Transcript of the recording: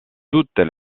toutes